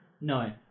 No